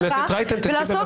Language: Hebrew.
חברת הכנסת אפרת רייטן, תודה.